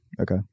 Okay